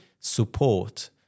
Support